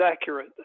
accurate